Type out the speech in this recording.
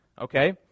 Okay